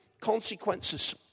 consequences